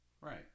right